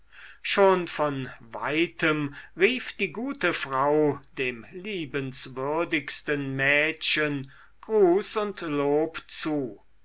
schon von weitem rief die gute frau dem liebenswürdigsten mädchen gruß und lob zu